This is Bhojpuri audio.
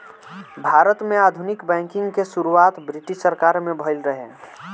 भारत में आधुनिक बैंकिंग के शुरुआत ब्रिटिस सरकार में भइल रहे